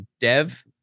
Dev